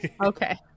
Okay